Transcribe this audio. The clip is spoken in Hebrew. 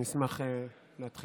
אני אשמח להתחיל.